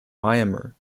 myanmar